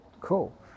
cool